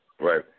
right